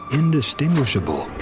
indistinguishable